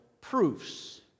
proofs